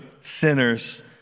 sinners